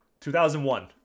2001